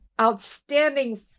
Outstanding